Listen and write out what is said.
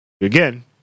Again